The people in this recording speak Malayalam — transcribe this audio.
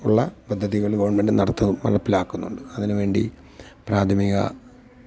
ഉള്ള പദ്ധതികൾ ഗവണ്മെന്റ് നടത്തുന്നുണ്ട് അതിന് വേണ്ടി പ്രാഥമിക